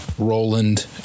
Roland